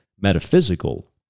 metaphysical